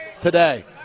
today